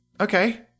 okay